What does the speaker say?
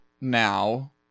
now